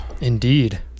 Indeed